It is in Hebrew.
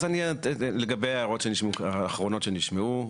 אז לגבי ההערות האחרונות שנשמעו,